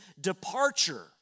departure